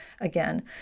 again